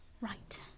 Right